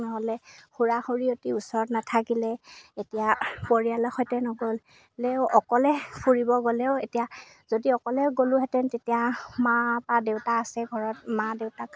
নহ'লে খুৰা খুৰীহঁত ওচৰত নাথাকিলে এতিয়া পৰিয়ালৰ সৈতে নগ'লেও অকলে ফুৰিব গ'লেও এতিয়া যদি অকলেও গ'লোঁহেতেন তেতিয়া মা বা দেউতা আছে ঘৰত মা দেউতাক